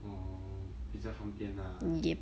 oh it's just complain lah